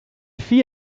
fit